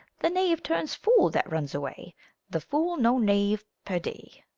the knave turns fool that runs away the fool no knave, perdy.